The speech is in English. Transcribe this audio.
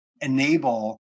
enable